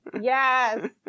yes